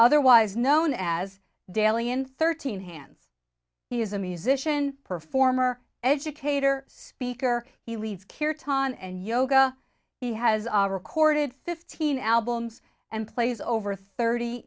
otherwise known as dalian thirteen hands he is a musician performer educator speaker he leads care tahn and yoga he has recorded fifteen albums and plays over thirty